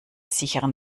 sicheren